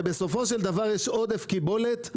ובסופו של דבר יש עודף קיבולת.